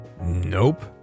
Nope